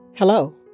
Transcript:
Hello